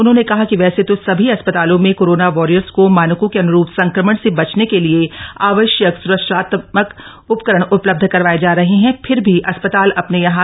उन्होंने कहा कि वैसे तो सभी अस्पतालों में कोरोन वॉरियर्स को मामकों के अन्रूप संक्रमण से बचने के लिए आवश्यक स्रक्षाप्त्मक उपकरण उपलब्ध करवाए जा रहे हैं फिर भी अस्पताल अपने यहां